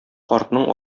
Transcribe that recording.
картның